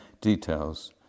details